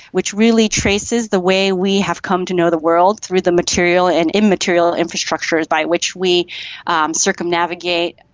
which really traces the way we have come to know the world through the material and immaterial infrastructures by which we circumnavigate,